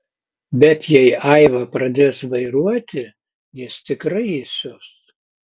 bet jei aiva pradės vairuoti jis tikrai įsius